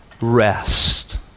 rest